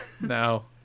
No